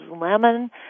lemon